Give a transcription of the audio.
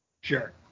Sure